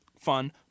fun